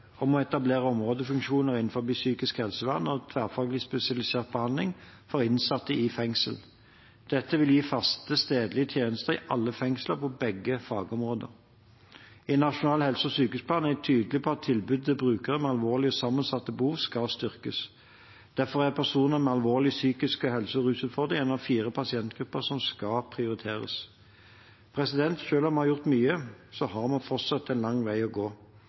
etablere områdefunksjoner innen psykisk helsevern og tverrfaglig spesialisert behandling for innsatte i fengsel. Dette vil gi faste, stedlige tjenester i alle fengsler på begge fagområder. I Nasjonal helse- og sykehusplan er jeg tydelig på at tilbudet til brukere med alvorlige og sammensatte behov skal styrkes. Derfor er personer med alvorlige psykisk helse- og rusutfordringer en av fire pasientgrupper som skal prioriteres. Selv om vi har gjort mye, har vi fortsatt en lang vei å gå.